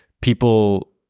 people